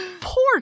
Poor